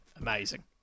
Amazing